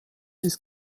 ist